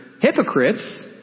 hypocrites